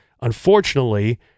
Unfortunately